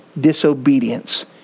disobedience